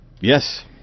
Yes